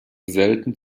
selten